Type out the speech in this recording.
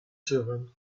german